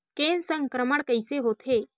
के संक्रमण कइसे होथे?